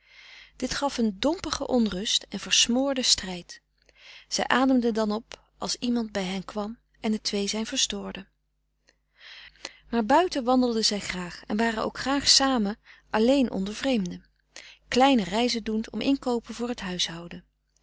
dit gaf een dompige onrust en versmoorde strijd zij ademden dan op als iemand bij hen kwam en het twee zijn verstoorde maar buiten wandelden zij graag en waren ook graag samen alleen onder vreemden kleine reizen doend om inkoopen voor t huishouden